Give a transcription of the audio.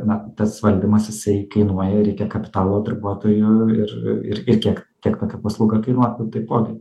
na tas valdymas jisai kainuoja reikia kapitalo darbuotojų ir ir ir kiek kiek tokia paslauga kainuotų taipogi